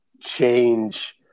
change